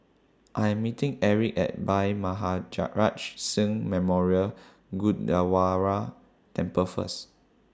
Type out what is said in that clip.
I Am meeting Erik At Bhai Maharaj Singh Memorial Gurdwara Temple First